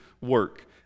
work